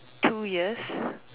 two ears